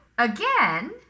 Again